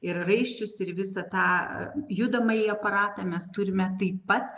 ir raiščius ir visą tą judamąjį aparatą mes turime taip pat